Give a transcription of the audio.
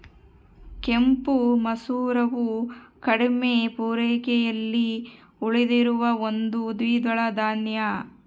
ಕೆಂಪು ಮಸೂರವು ಕಡಿಮೆ ಪೂರೈಕೆಯಲ್ಲಿ ಉಳಿದಿರುವ ಒಂದು ದ್ವಿದಳ ಧಾನ್ಯ